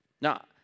Now